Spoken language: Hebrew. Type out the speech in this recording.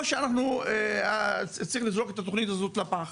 או שצריך לזרוק את התוכנית הזאת לפח.